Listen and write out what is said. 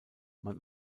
man